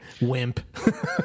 wimp